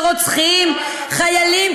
ומאדירה טרוריסטים שרוצחים חיילים.